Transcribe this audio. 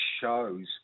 shows